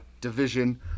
Division